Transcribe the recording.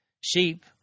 Sheep